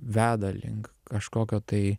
veda link kažkokio tai